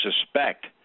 suspect